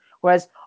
Whereas